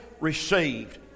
received